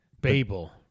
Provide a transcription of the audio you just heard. Babel